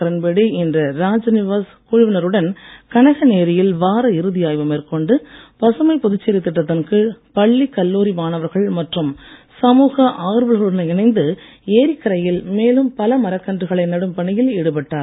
கிரண்பேடி இன்று ராஜ்நிவாஸ் குழுவினருடன் கனகன் ஏரியில் வார இறுதி ஆய்வு மேற்கொண்டு பசுமைப் புதுச்சேரி திட்டத்தின் கீழ் பள்ளி கல்லூரி மாணவர்கள் மற்றும் சமூக ஆர்வலர்களுடன் இணைந்து ஏரிக்கரையில் மேலும் பல மரக்கன்றுகளை நடும் பணியில் ஈடுபட்டார்